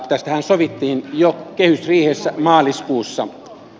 tästähän sovittiin jo kehysriihessä maaliskuussa